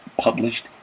published